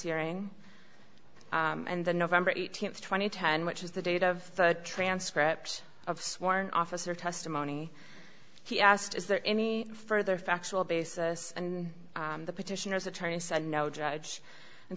hearing and the nov eighteenth twenty ten which is the date of the transcript of sworn officer testimony he asked is there any further factual basis and the petitioners attorney said no judge and